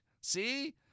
See